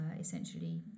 essentially